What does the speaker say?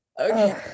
okay